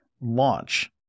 launch